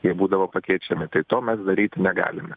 jie būdavo pakeičiami tai to mes daryti negalime